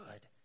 good